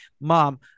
mom